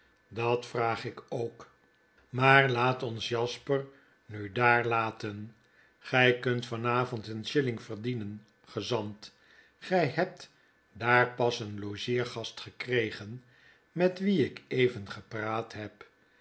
dat vraag ik ooki maar laat ons jasper nu daar laten gy kunt van avond een shilling verdienen gezant gy hebt daar pas een logeergast gekregen met wie ik even gepraat heb